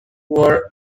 were